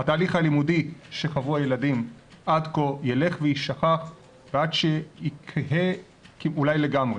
התהליך הלימודי שחוו הילדים עד כה ילך ויישכח עד שיכהה אולי לגמרי.